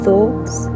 Thoughts